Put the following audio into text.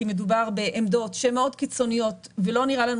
כי מדובר בעמדות שהן מאוד קיצוניות ולא נראה לנו